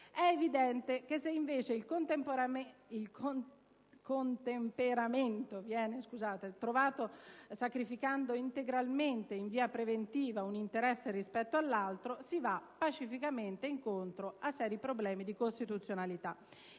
È evidente che se, invece, il contemperamento viene trovato sacrificando integralmente, in via preventiva, un interesse rispetto all'altro, si va pacificamente incontro a seri problemi di costituzionalità,